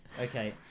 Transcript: Okay